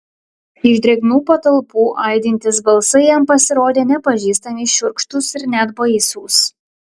iš drėgnų patalpų aidintys balsai jam pasirodė nepažįstami šiurkštūs ir net baisūs